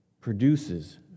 produces